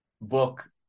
book